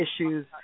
issues